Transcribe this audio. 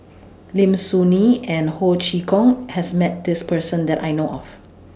Lim Soo Ngee and Ho Chee Kong has Met This Person that I know of